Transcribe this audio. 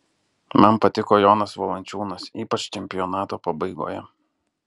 man patiko jonas valančiūnas ypač čempionato pabaigoje